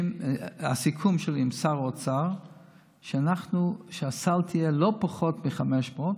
הסיכום שלי עם שר אוצר היה שהסל יהיה לא פחות מ-500,